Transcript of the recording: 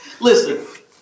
Listen